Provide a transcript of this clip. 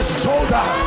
shoulder